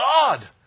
God